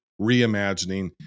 reimagining